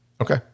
Okay